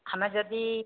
ଆମେ ଯଦି